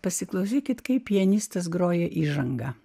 pasiklausykit kaip pianistas groja įžangą